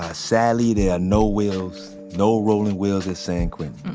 ah sadly, there are no wheels, no rolling wheels at san quentin